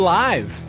live